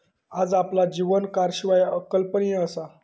आज आपला जीवन कारशिवाय अकल्पनीय असा